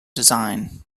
design